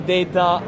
Data